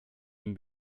den